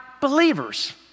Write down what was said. believers